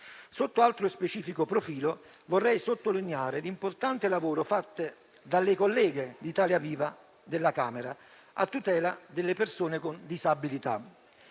Sotto altro specifico profilo, vorrei sottolineare l'importante lavoro fatto dalle colleghe di Italia Viva della Camera a tutela delle persone con disabilità.